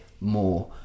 more